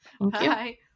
Bye